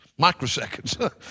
Microseconds